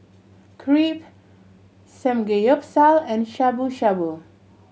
Crepe Samgeyopsal and Shabu Shabu